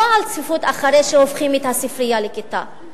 ולא על צפיפות אחרי שהופכים את הספרייה לכיתה.